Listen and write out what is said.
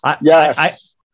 Yes